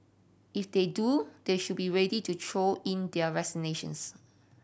if they do they should be ready to throw in their resignations